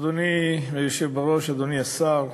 אדוני היושב בראש, אדוני השר,